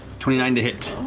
twenty nine to hit.